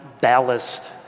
ballast